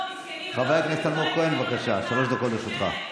חבר הכנסת אלמוג כהן, בבקשה, שלוש דקות לרשותך.